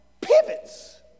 pivots